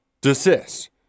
desist